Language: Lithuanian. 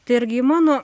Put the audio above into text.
tai irgi mano